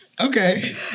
Okay